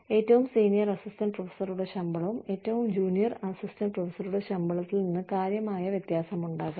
ഏറ്റവും senior assistant പ്രൊഫസറുടെ ശമ്പളം ഏറ്റവും ജൂനിയർ അസിസ്റ്റന്റ് പ്രൊഫസറുടെ ശമ്പളത്തിൽ നിന്ന് കാര്യമായ വ്യത്യാസമുണ്ടാകാം